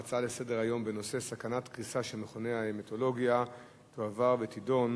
ההצעה לסדר-היום בנושא סכנת קריסה של מכוני ההמטולוגיה תועבר ותידון